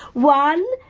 one.